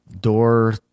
door